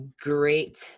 great